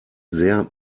sehr